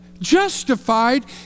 justified